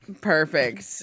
perfect